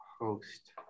host